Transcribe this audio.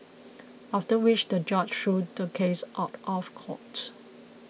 after which the judge threw the case out of court